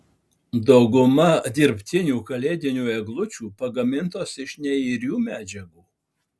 dauguma dirbtinių kalėdinių eglučių pagamintos iš neirių medžiagų